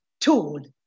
told